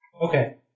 Okay